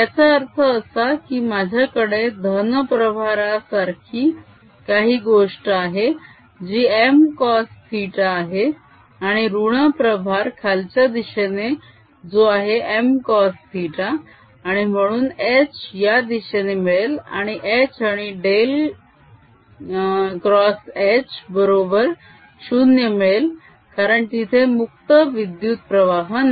याचा अर्थ असा की माझ्याकडे धन प्रभारासारखी काही गोष्ट आहे जी m cos θ आहे आणि ऋण प्रभार खालच्या दिशेने जो आहे m cos θ आणि म्हणून h या दिशेने मिळेल आणि h आणि डेल x h बरोबर 0 मिळेल कारण तिथे मुक्त विद्युत प्रवाह नाही